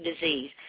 disease